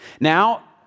Now